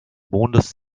mondes